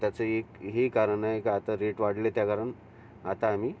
त्याचं एक हेही कारण आहे का आता रेट वाढले त्याकारण आता आम्ही